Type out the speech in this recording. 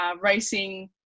racing